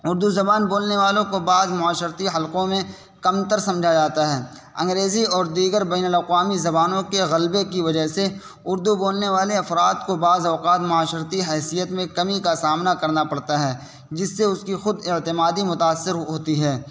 اردو زبان بولنے والوں کو بعض معاشرتی حلقوں میں کمتر سمجھا جاتا ہے انگریزی اور دیگر بین الاقوامی زبانوں کے غلبے کی وجہ سے اردو بولنے والے افراد کو بعض اوقات معاشرتی حیثیت میں کمی کا سامنا کڑنا پڑتا ہے جس سے اس کی خوداعتمادی متأثر ہوتی ہے